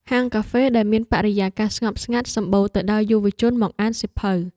ហាងកាហ្វេដែលមានបរិយាកាសស្ងប់ស្ងាត់សម្បូរទៅដោយយុវជនមកអានសៀវភៅ។